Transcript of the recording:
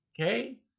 okay